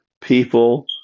People